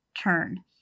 turn